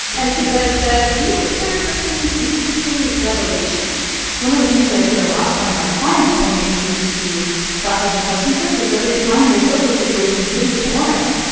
and kazez says, be prepared for some interesting revelations one of the things that i hear a lot from my clients when they choose to stop using substances is that they find their social situations really boring.